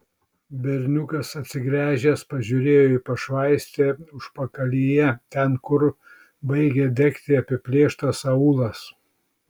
berniukas atsigręžęs pažiūrėjo į pašvaistę užpakalyje ten kur baigė degti apiplėštas aūlas